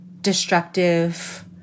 destructive